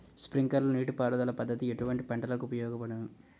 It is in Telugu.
స్ప్రింక్లర్ నీటిపారుదల పద్దతి ఎటువంటి పంటలకు ఉపయోగపడును?